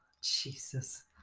Jesus